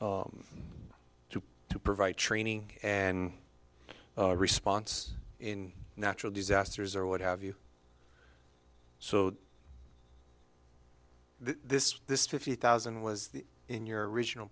to to provide training and response in natural disasters or what have you so this this fifty thousand was the in your original